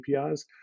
APIs